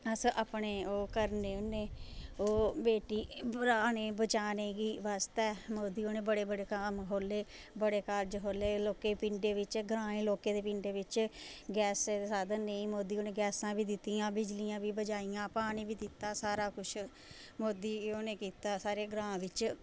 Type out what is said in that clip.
अस अपने ओह् करने होने बेटी बचारे बेटी पढ़ाने गी ते मोदी होरें बड़े बड़े कम्म खोह्ले दे बड़े कारज खोह्ले दे लोकें दे पिंड़े बिचें ग्राएं बिचें गैसे दे साधन नेईं मोदी होरे गैसां बी दित्तियां बिजलियां बी बचाइयां पानी बी दित्ता सारा किश मोदी होरें कीता सारे ग्रां बिच